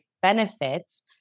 benefits